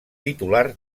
titular